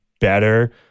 better